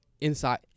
inside